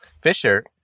Fisher